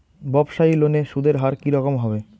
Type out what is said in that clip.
ব্যবসায়ী লোনে সুদের হার কি রকম হবে?